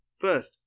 First